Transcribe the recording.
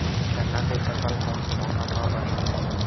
गन्ना के फसल कोन से मौसम म बने होथे?